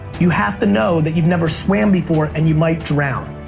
you have to know that you've never swam before and you might drown.